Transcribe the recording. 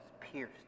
pierced